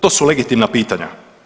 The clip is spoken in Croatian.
To su legitimna pitanja.